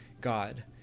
god